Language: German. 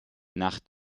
nach